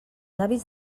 hàbits